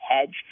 hedge